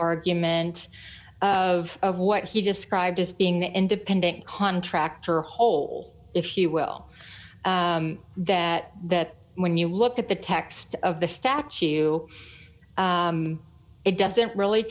argument of of what he described as being the independent contractor hole if you will that that when you look at the text of the statue it doesn't really